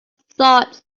thoughts